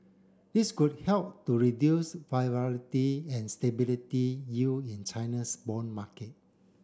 this could help to reduce and stability yield in China's bond market